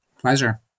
pleasure